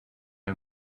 who